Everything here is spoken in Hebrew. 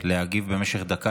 להגיב במשך דקה.